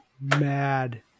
mad